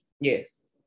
Yes